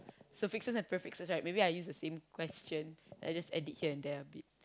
suffixes and prefixes right maybe I use the same question then I just edit here and there a bit